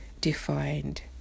defined